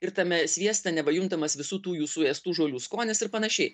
ir tame svieste neva juntamas visų tų jų suėstų žolių skonis ir panašiai